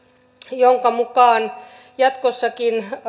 jonka mukaan jatkossakin